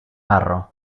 marró